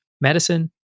medicine